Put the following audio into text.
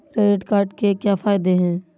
Credit card के क्या फायदे हैं?